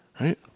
Right